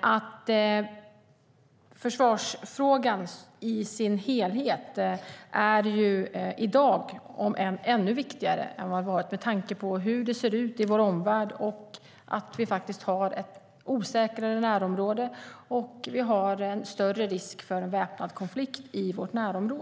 att försvarsfrågan i sin helhet i dag är än viktigare än vad den har varit med tanke på hur det ser ut i vår omvärld, att närområdet är osäkrare och att det finns en större risk för en väpnad konflikt.